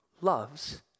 loves